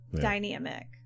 dynamic